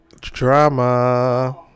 Drama